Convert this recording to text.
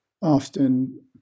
often